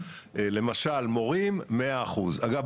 למשל מורים 100%. אגב,